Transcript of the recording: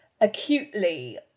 acutely